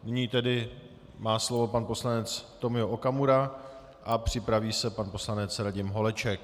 Nyní má slovo pan poslanec Tomio Okamura, připraví se pan poslanec Radim Holeček.